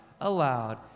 aloud